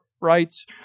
writes